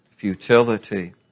futility